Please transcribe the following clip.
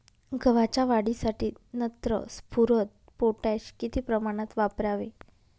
गव्हाच्या वाढीसाठी नत्र, स्फुरद, पोटॅश किती प्रमाणात वापरावे?